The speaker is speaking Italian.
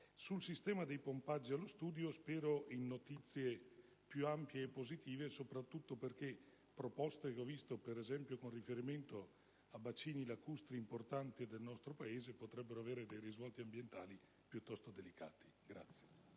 al sistema dei pompaggi allo studio, spero in notizie più ampie e positive, soprattutto perché alcune proposte che ho visto, ad esempio con riferimento a bacini lacustri importanti del nostro Paese, potrebbero avere dei risvolti ambientali piuttosto delicati. **Saluto